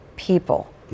people